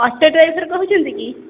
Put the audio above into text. auto driver କହୁଛନ୍ତି କି